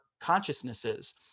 consciousnesses